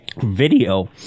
video